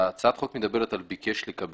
הצעת החוק מדברת על כך שהצרכן צריך לבקש לקבל.